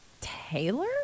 Taylor